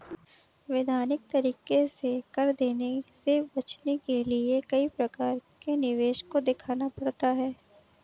वैधानिक तरीके से कर देने से बचने के लिए कई प्रकार के निवेश को दिखलाना पड़ता है